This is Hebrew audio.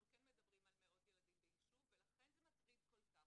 אנחנו כן מדברים על מאות ילדים ביישוב ולכן זה מטריד כל כך.